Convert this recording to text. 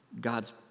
God's